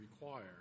require